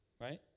Right